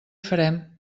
farem